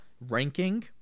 ranking